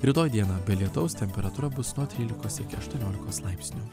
rytoj dieną be lietaus temperatūra bus nuo trylikos iki aštuoniolikos laipsnių